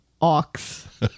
Ox